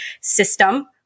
system